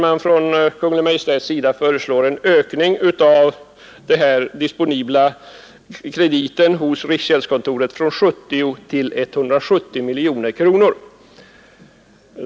Kungl. Maj:t föreslår en ökning av den disponibla krediten hos riksgäldskontoret från 70 till 170 miljoner kronor.